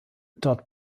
dort